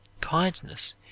Kindness